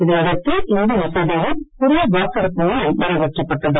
இதை அடுத்து இந்த மசோதாவும் குரல் வாக்கெடுப்பு மூலம் நிறைவேற்றப்பட்டது